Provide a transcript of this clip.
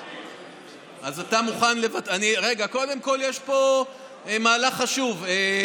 אז אתה מוכן, רגע, קודם כול, יש פה מהלך חשוב.